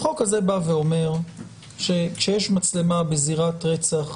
החוק הזה בא ואומר שכשיש מצלמה בזירת רצח,